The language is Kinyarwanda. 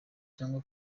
cyangwa